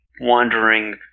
wandering